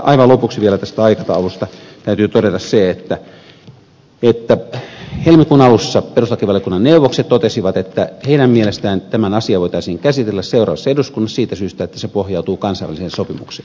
aivan lopuksi vielä tästä aikataulusta täytyy todeta se että helmikuun alussa perustuslakivaliokunnan neuvokset totesivat että heidän mielestään tämä asia voitaisiin käsitellä seuraavassa eduskunnassa siitä syystä että se pohjautuu kansainväliseen sopimukseen